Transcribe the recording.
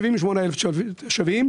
78 אלף תושבים.